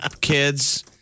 kids